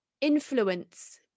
influence